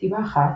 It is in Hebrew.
סיבה אחת,